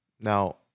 Now